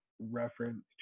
reference